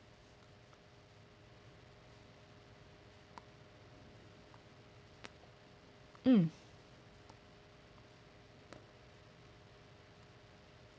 mm